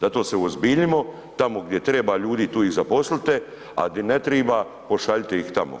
Zato se uozbiljimo, tamo gdje treba ljudi, tu ih zaposlite, a di ne treba pošaljite ih tamo.